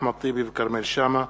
אחמד טיבי וכרמל שאמה,